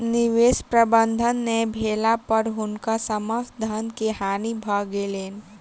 निवेश प्रबंधन नै भेला पर हुनकर समस्त धन के हानि भ गेलैन